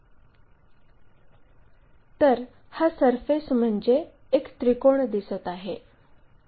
तर हा सरफेस म्हणजे एक त्रिकोण दिसत आहे